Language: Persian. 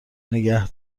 نگه